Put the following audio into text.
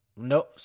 No